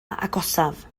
agosaf